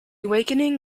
awakening